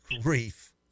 grief